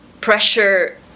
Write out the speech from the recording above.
pressure